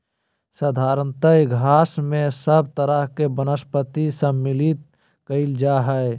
साधारणतय घास में सब तरह के वनस्पति सम्मिलित कइल जा हइ